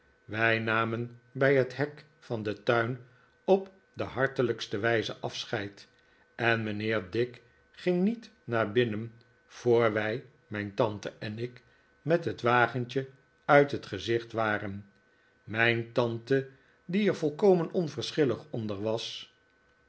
wij namen bij het hek van den tuin op de hartelijkste wijze afscheid en mijnheer dick ging niet naar binnen voor wij mijn tante en ik met het wagentje uit het gezicht waren mijn tante die er volkomen onverschillig onder was